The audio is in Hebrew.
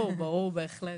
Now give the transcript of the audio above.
ברור, ברור, בהחלט.